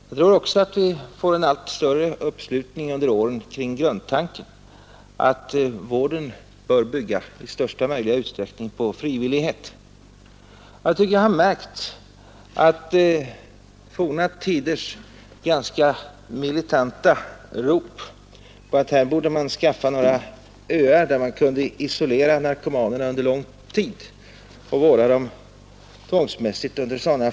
Jag tror också att vi får en allt större uppslutning under årens lopp kring grundtanken att vården i största möjliga utsträckning bör bygga på frivillighet. Forna tiders militanta rop om att man borde skaffa några öar där man kunde isolera narkomanerna under lång tid och vårda dem under tvångsmässiga former har avklingat.